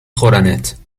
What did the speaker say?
خورنت